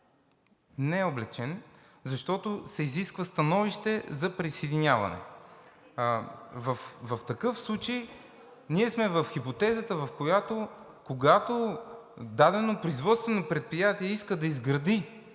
Не е облекчен, защото се изисква становище за присъединяване. В такъв случай ние сме в хипотезата, в която, когато дадено производствено предприятие иска да изгради